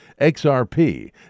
XRP